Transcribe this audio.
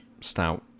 stout